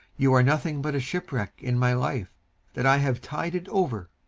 you are nothing but a shipwreck in my life that i have tided over.